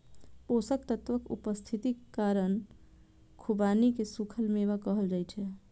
पोषक तत्वक उपस्थितिक कारण खुबानी कें सूखल मेवा कहल जाइ छै